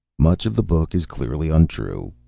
much of the book is clearly untrue,